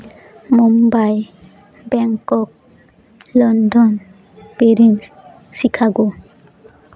Mumbai Bangkok London Paris Chicago